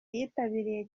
yitabiriye